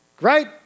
Right